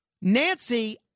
Nancy